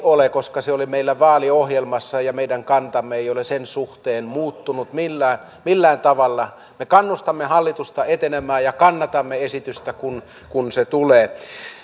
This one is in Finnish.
ole koska se oli meillä vaaliohjelmassa ja meidän kantamme ei ole sen suhteen muuttunut millään millään tavalla me kannustamme hallitusta etenemään ja kannatamme esitystä kun kun se tulee